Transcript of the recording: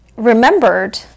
remembered